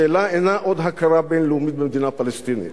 השאלה אינה עוד הכרה בין-לאומית במדינה פלסטינית,